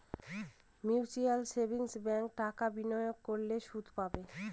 mutual savings ব্যাঙ্কে টাকা বিনিয়োগ করলে সুদ পাবে